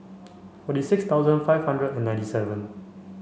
forty six thousand five hundred and ninety seven